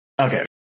Okay